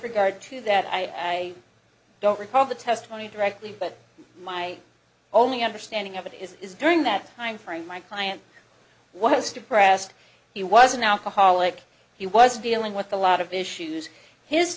regard to that i don't recall the testimony directly but my only understanding of it is during that time frame my client was depressed he was an alcoholic he was dealing with a lot of issues his